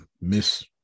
miss